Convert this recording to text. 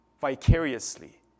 vicariously